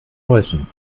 täuschen